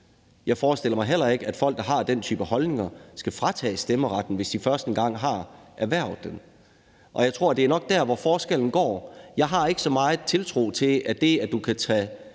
Jeg forestiller mig heller ikke, at folk, der har den type holdninger, skal fratages stemmeretten, hvis de først har erhvervet den. Jeg tror, det nok er der, hvor forskellen går: Jeg har ikke så meget tiltro til, at det, at du kan tage